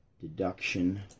deduction